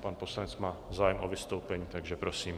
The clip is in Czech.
Pan poslanec má zájem o vystoupení, takže prosím.